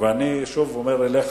ואני שוב אומר לך,